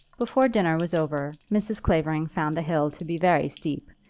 before dinner was over mrs. clavering found the hill to be very steep,